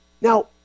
Now